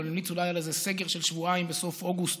המליץ אולי על איזה סגר של שבועיים בסוף אוגוסט